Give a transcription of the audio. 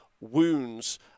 wounds